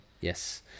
Yes